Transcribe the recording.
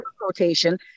rotation